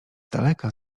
daleka